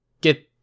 get